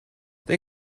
they